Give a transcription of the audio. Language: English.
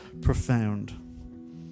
profound